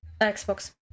xbox